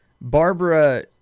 Barbara